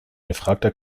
gefragter